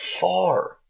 far